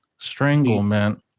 stranglement